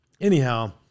anyhow